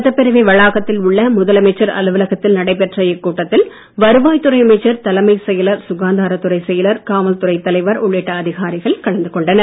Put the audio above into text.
சட்டப்பேரவை வளாகத்தில் உள்ள முதலமைச்சர் அலுவலகத்தில் நடைபெற்ற இக்கூட்டத்தில் வருவாய்த்துறை அமைச்சர் தலைமைச் செயலர் சுகாதாரத்துறைச் செயலர் காவல்துறை தலைவர் உள்ளிட்ட அதிகாரிகள் கலந்து கொண்டனர்